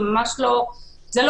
זה ממש לא רלוונטי.